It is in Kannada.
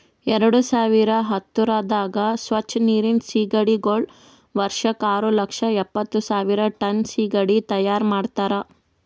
ಎರಡು ಸಾವಿರ ಹತ್ತುರದಾಗ್ ಸ್ವಚ್ ನೀರಿನ್ ಸೀಗಡಿಗೊಳ್ ವರ್ಷಕ್ ಆರು ಲಕ್ಷ ಎಪ್ಪತ್ತು ಸಾವಿರ್ ಟನ್ ಸೀಗಡಿ ತೈಯಾರ್ ಮಾಡ್ತಾರ